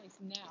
now